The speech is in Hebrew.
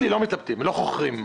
לא מתלבטים.